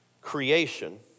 creation